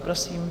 Prosím.